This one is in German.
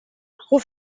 ruf